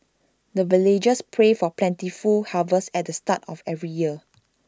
the villagers pray for plentiful harvest at the start of every year